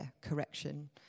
correction